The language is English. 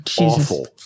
awful